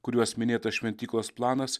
kuriuos minėtas šventyklos planas